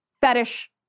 fetish